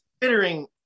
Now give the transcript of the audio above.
considering